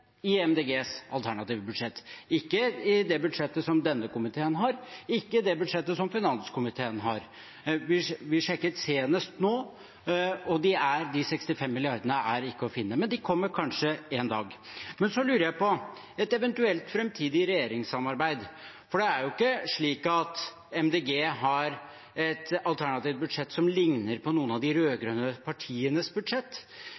i Miljøpartiet De Grønnes alternative budsjett – ikke i det budsjettet som denne komiteen har, ikke i det budsjettet som finanskomiteen har. Vi sjekket senest nå, og de 65 mrd. kr er ikke å finne, men de kommer kanskje en dag. Men så lurer jeg på et eventuelt framtidig regjeringssamarbeid, for det er jo ikke slik at Miljøpartiet De Grønne har et alternativt budsjett som ligner på noen av de rød-grønne partienes budsjett.